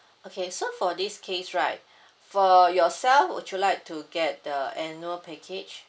okay so for this case right for yourself would you like to get the annual package